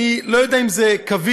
אני לא יודע אם זה קביל,